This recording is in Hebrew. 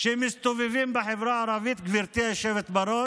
שמסתובבים בחברה הערבית, גברתי היושבת בראש,